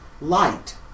light